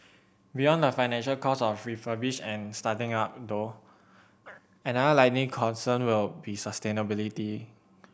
beyond the financial costs of refurbishing and starting up though another likely concern will be sustainability